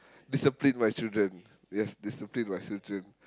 discipline my children yes discipline my children